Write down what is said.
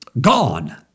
gone